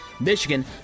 Michigan